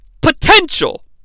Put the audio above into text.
potential